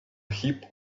heap